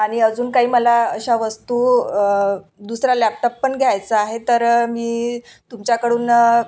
आणि अजून काही मला अशा वस्तू दुसरा लॅपटॉप पण घ्यायचा आहे तर मी तुमच्याकडून